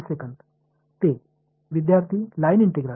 ते विद्यार्थीः line integral